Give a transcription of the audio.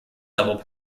double